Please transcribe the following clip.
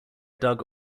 doug